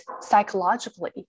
psychologically